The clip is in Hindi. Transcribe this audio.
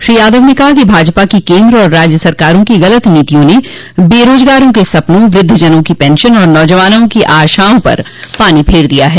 श्री यादव ने कहा कि भाजपा की केन्द्र और राज्य सरकारों की गलत नीतियों ने बेरोजगारों के सपनों वृद्वजनों की पेंशन और नौजवानों की आशाओं पर पानी फेर दिया है